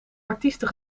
artiesten